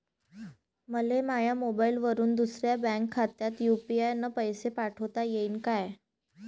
मले माह्या मोबाईलवरून दुसऱ्या बँक खात्यात यू.पी.आय न पैसे पाठोता येईन काय?